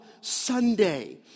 Sunday